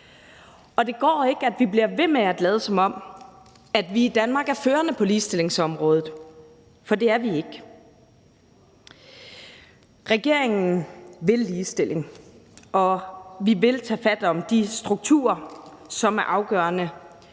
og det går ikke, at vi bliver ved med at lade, som om vi i Danmark er førende på ligestillingsområdet, for det er vi ikke. Regeringen vil ligestillingen, og vi vil tage fat om de strukturer, som er afgørende